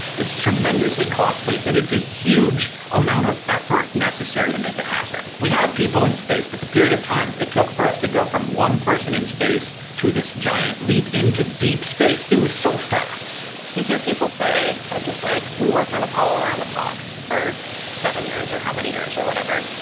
it's tremendously costly and it's a huge amount of effort necessary to make it happen. we had people in space but the period of time it took for us to go from one person in space to this giant leap into deep space it was so fast. alexis you hear people say of just like we worked on apollo around the clock for seven years or how many years or whatever.